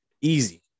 easy